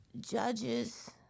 judges